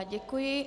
Děkuji.